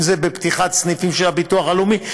אם בפתיחת סניפים של הביטוח הלאומי,